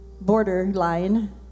borderline